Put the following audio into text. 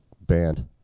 band